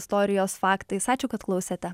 istorijos faktais ačiū kad klausėte